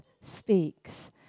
speaks